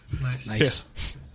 nice